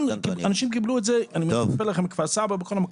אנשים קיבלו את זה גם בכפר סבא ובכל המקומות.